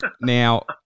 Now